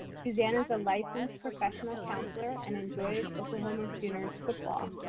suzanne is a licensed professional counselor and enjoys oklahoma's seniors football.